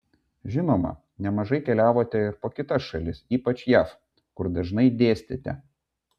žinoma nemažai keliavote ir po kitas šalis ypač jav kur dažnai dėstėte